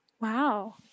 Wow